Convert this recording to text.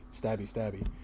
stabby-stabby